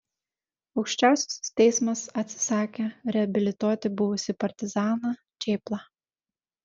aukščiausiasis teismas atsisakė reabilituoti buvusį partizaną čėplą